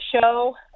show